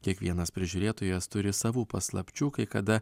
kiekvienas prižiūrėtojas turi savų paslapčių kai kada